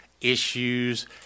issues